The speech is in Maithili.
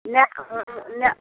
नहि नहि